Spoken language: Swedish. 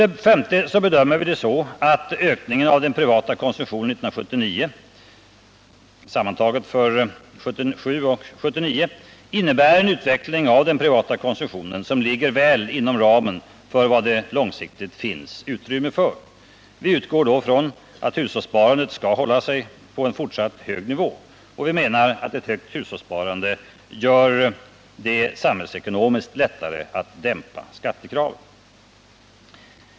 Vi bedömer det så att den genomsnittliga ökningen av den privata konsumtionen 1977-1979 innebär en utveckling av den privata konsumtionen som ligger väl inom ramen för vad det långsiktigt finns utrymme för. Vi utgår då från att hushållssparandet skall hålla sig på en fortsatt hög nivå. Vi menar att ett högt hushållssparande gör det samhällsekonomiskt lättare att dämpa skattekraven.